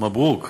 מברוכ.